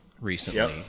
recently